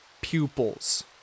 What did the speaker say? pupils